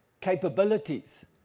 capabilities